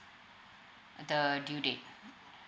the due date